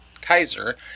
Kaiser